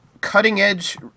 cutting-edge